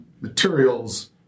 materials